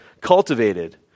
cultivated